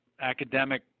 academic